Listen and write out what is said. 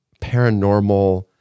paranormal